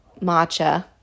matcha